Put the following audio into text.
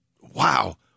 wow